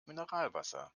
mineralwasser